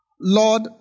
Lord